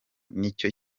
nicyo